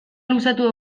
luzatu